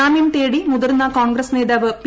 ജാമ്യം തേടി മുതിർന്ന കോൺഗ്രസ് നേതാവ് പി